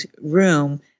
room